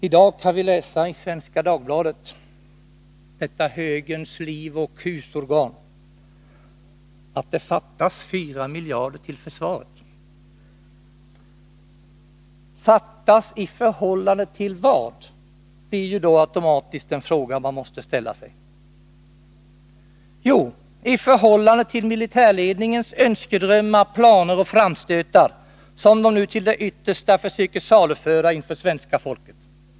I dag kan vi läsa i Svenska Dagbladet, detta högerns livoch husorgan, att ”Fyra miljarder kr fattas till försvaret”. Fattas i förhållande till vad, blir automatiskt den fråga man måste ställa sig. Jo, i förhållande till militärledningens önskedrömmar, planer och framstötar, som man nu till det yttersta försöker saluföra inför svenska folket.